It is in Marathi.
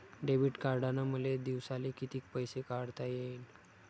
डेबिट कार्डनं मले दिवसाले कितीक पैसे काढता येईन?